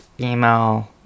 email